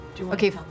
Okay